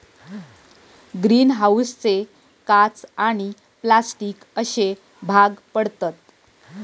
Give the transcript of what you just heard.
green हाऊसचे काच आणि प्लास्टिक अश्ये भाग पडतत